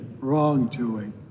wrongdoing